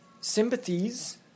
sympathies